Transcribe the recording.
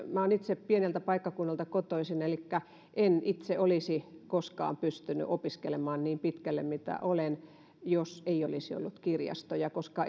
minä olen itse pieneltä paikkakunnalta kotoisin niin en itse olisi koskaan pystynyt opiskelemaan niin pitkälle kuin olen jos ei olisi ollut kirjastoja koska